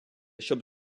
щоб